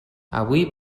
avui